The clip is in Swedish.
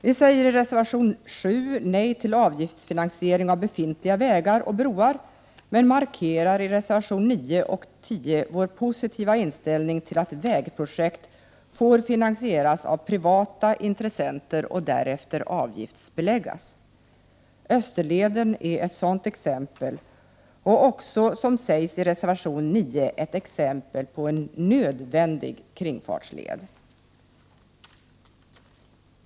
Vi säger i reservation 7 nej till avgiftsfinansiering av befintliga vägar och broar, men markerar i reservationerna 9 och 10 vår positiva inställning till att vägprojekt finansieras av privata intressenter och därefter avgiftsbeläggs. Österleden är ett sådant exempel och också, vilket sägs i reservation 9, ett exempel på en nödvändig kringfartsled.